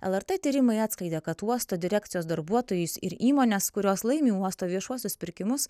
lrt tyrimai atskleidė kad uosto direkcijos darbuotojus ir įmones kurios laimi uosto viešuosius pirkimus